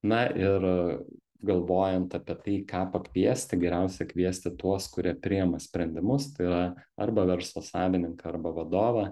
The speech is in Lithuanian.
na ir galvojant apie tai ką pakviesti geriausia kviesti tuos kurie priema sprendimus tai yra arba verslo savininką arba vadovą